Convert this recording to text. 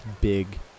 big